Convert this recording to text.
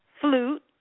flute